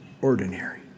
ordinary